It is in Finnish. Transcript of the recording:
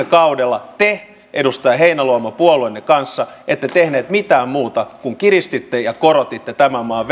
kaudella te edustaja heinäluoma puolueenne kanssa ette tehneet mitään muuta kuin kiristitte ja korotitte tämän maan